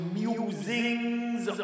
musings